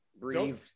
breathe